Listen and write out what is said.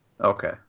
Okay